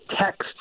text